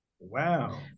Wow